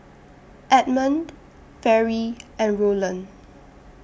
Edmund Fairy and Roland